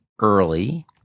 early